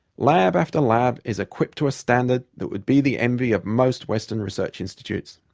lab after lab is equipped to a standard that would be the envy of most western research institutes.